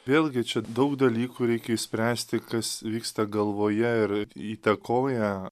vėlgi čia daug dalykų reikia išspręsti kas vyksta galvoje ir įtakoja